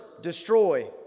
Destroy